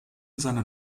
seinen